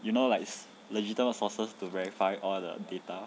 you know like legitimate sources to verify all the data